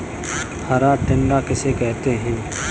हरा टिड्डा किसे कहते हैं?